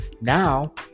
Now